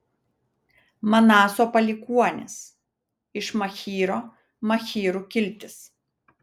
manaso palikuonys iš machyro machyrų kiltis